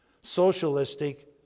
socialistic